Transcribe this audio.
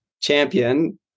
champion